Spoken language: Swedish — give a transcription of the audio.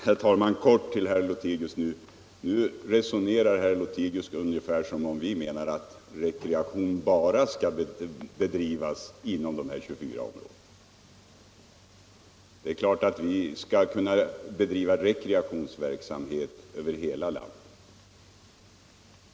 Herr talman! Nu resonerar herr Lothigius ungefär som om vi menar att rekreationsverksamhet skall bedrivas bara inom dessa 24 områden. Det är klart att vi skall kunna finna rekreation över hela landet.